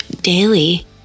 daily